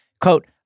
quote